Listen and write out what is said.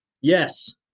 Yes